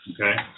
okay